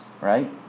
right